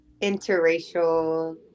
interracial